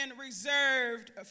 reserved